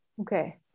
Okay